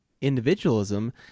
individualism